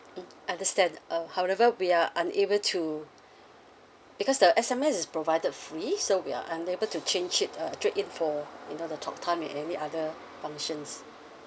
mm understand uh however we are unable to because the S_M_S is provided fully so we're unable to change it uh trade in for you know the talk time and any other functions